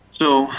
so,